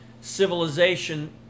civilization